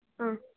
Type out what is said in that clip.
ಹಾಂ